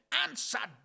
answer